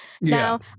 Now